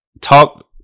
Talk